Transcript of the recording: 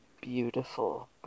beautiful